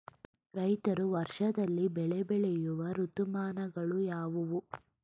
ರೈತರು ವರ್ಷದಲ್ಲಿ ಬೆಳೆ ಬೆಳೆಯುವ ಋತುಮಾನಗಳು ಯಾವುವು?